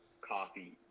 coffee